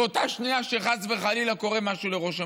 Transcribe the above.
באותה שנייה שחס וחלילה קורה משהו לראש הממשלה.